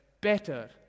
better